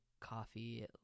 coffee